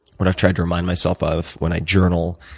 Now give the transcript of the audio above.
what i've tried to remind myself of when i journal,